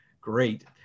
Great